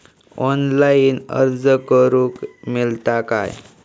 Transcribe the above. Online अर्ज करूक मेलता काय?